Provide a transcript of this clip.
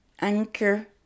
Anchor